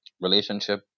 relationship